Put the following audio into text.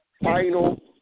final